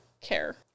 care